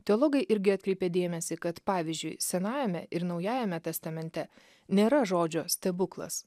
teologai irgi atkreipė dėmesį kad pavyzdžiui senajame ir naujajame testamente nėra žodžio stebuklas